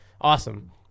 Awesome